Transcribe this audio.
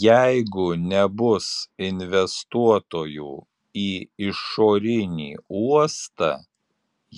jeigu nebus investuotojų į išorinį uostą